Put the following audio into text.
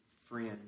friend